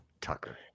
Tucker